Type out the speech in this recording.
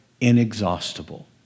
inexhaustible